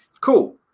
cool